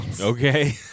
Okay